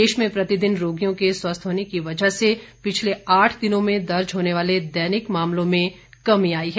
देश में प्रतिदिन रोगियों के स्वस्थ होने की वजह से पिछले आठ दिनों में दर्ज होने वाले दैनिक मामलों में कमी आई है